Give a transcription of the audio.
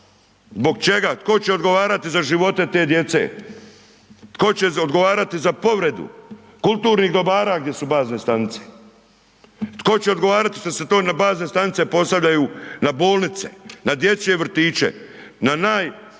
Zbog čega, tko će odgovarati za živote te djece? Tko će odgovarati za povredu kulturnih dobara gdje su bazne stanice? Tko će odgovarati što se to na bazne stanice postavljaju na bolnice, na dječje vrtiće na naj,